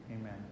amen